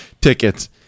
tickets